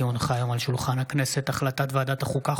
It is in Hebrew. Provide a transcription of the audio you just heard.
כי הונחה היום על שולחן הכנסת הצעת ועדת החוקה,